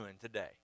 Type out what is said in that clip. today